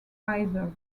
either